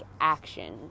action